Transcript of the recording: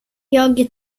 jag